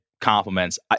compliments